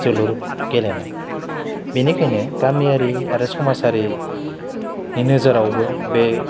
जोलुर गेलेनाय बेनिखायनो गामियारि आरो समाजारिनि नोजोरावबो बे